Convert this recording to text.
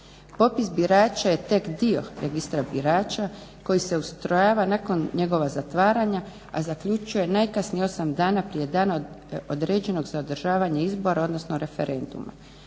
Popis birača je tek dio Registra birača koji se ustrojava nakon njegova zatvaranja, a zaključuje najkasnije 8 dana prije dana određenog za održavanje izbora, odnosno referenduma.